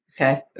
Okay